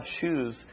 choose